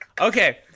okay